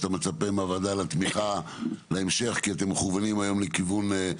שאתה מצפה מהוועדה לתמיכה להמשך כי אתם מכוונים היום לכיוון ---,